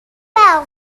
well